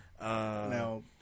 Now